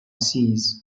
seas